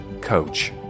coach